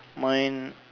mine